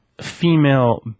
female